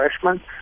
freshman